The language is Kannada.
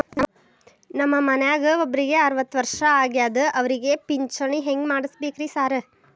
ನಮ್ ಮನ್ಯಾಗ ಒಬ್ರಿಗೆ ಅರವತ್ತ ವರ್ಷ ಆಗ್ಯಾದ ಅವ್ರಿಗೆ ಪಿಂಚಿಣಿ ಹೆಂಗ್ ಮಾಡ್ಸಬೇಕ್ರಿ ಸಾರ್?